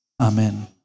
Amen